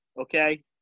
Okay